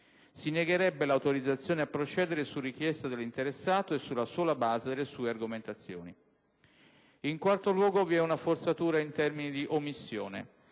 Si negherebbe l'autorizzazione a procedere su richiesta dell'interessato e sulla sola base delle sue argomentazioni. In quarto luogo, vi è una forzatura in termini di omissione.